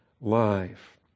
life